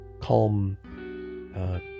calm